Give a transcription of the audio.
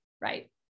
right